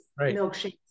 milkshakes